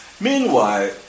Meanwhile